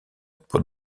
pour